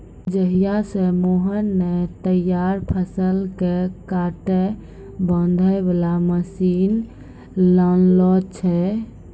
जहिया स मोहन नॅ तैयार फसल कॅ काटै बांधै वाला मशीन लानलो छै